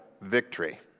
victory